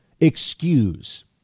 excuse